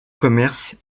commerce